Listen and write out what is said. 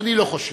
אני לא חושב.